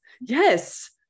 Yes